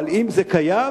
אבל אם זה קיים,